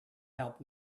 help